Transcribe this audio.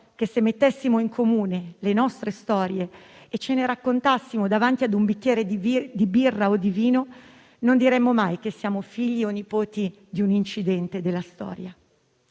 che se mettessimo in comune le nostre storie e ce le raccontassimo davanti ad un bicchiere di birra o di vino, non diremmo mai che siamo figli o nipoti di un incidente della storia».